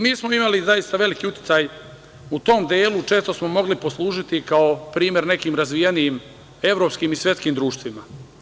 Mi smo imali zaista veliki uticaj u tom delu, često smo mogli poslužiti kao primer nekim razvijenijim evropskim i svetskim društvima.